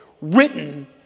written